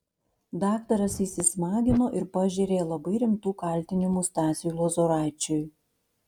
daktaras įsismagino ir pažėrė labai rimtų kaltinimų stasiui lozoraičiui